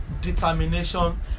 determination